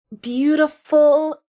beautiful